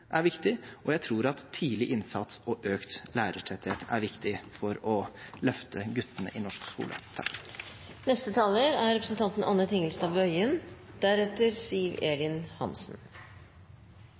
er viktig, jeg tror at fysisk aktivitet i skolen er viktig, og jeg tror at tidlig innsats og økt lærertetthet er viktig for å løfte guttene i norsk skole.